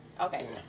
Okay